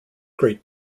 great